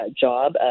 job